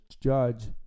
judge